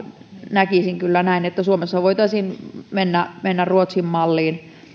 näkisin kyllä näin että suomessa voitaisiin mennä mennä ruotsin malliin